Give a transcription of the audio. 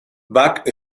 bach